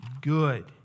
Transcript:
good